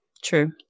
True